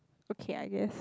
okay I guess